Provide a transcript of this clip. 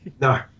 No